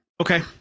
Okay